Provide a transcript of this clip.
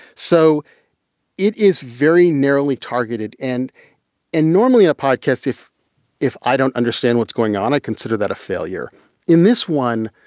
so it is very narrowly targeted and and normally a podcast, if if i don't understand what's going on, i consider that a failure in this one.